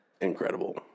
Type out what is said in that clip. incredible